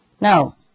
Now